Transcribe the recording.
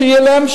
שיהיה להם,